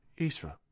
Isra